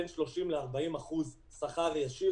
בין 30% ל-40% שכר ישיר,